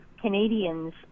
Canadians